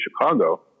Chicago